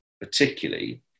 particularly